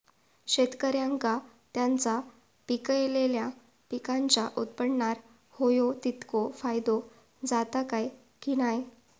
शेतकऱ्यांका त्यांचा पिकयलेल्या पीकांच्या उत्पन्नार होयो तितको फायदो जाता काय की नाय?